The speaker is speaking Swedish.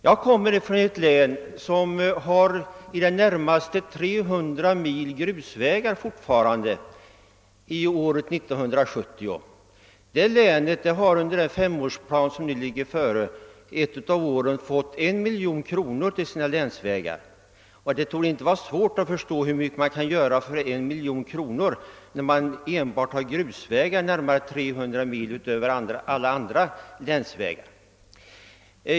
Jag kommer från ett län som har i det närmaste 300 mil grusvägar — fortfarande, i året 1970! Det länet kommer att under den femårsplan som nu föreligger ett av åren få 1 miljon kronor till sina länsvägar. Det torde inte vara svårt att förstå hur mycket man kan göra för 1 miljon kronor, när man har enbart grusvägar i 300 mil, utöver alla andra länsvägar.